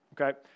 Okay